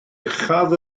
uchaf